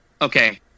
okay